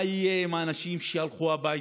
מה יהיה עם האנשים שהלכו הביתה?